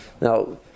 Now